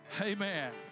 Amen